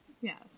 Yes